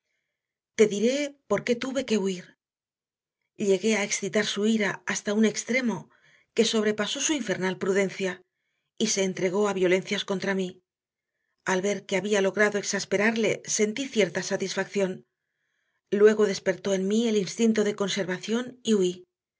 te diré por qué tuve que huir llegué a excitar su ira hasta un extremo que sobrepasó su infernal prudencia y se entregó a violencias contra mí al ver que había logrado exasperarle sentí cierta satisfacción luego despertó en mí el instinto de conservación y